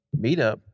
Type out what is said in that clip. meetup